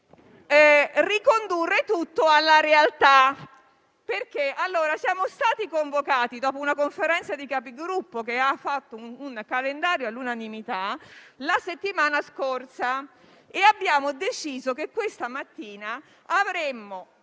ricondurre tutto alla realtà. Siamo stati convocati, dopo una Conferenza dei Capigruppo che ha approvato un calendario dei lavori all'unanimità la settimana scorsa, e abbiamo deciso che questa mattina avremmo